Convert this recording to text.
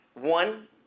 one